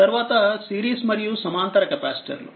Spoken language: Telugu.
తర్వాత సిరీస్ మరియు సమాంతర కెపాసిటర్లు